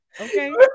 Okay